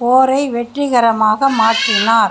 போரை வெற்றிகாரமாக மாற்றினார்